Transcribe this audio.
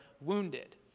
wounded